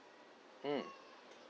mm